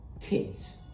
kids